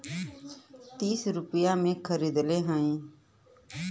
तीस रुपइया मे खरीदले हौ